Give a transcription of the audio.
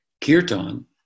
kirtan